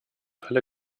alle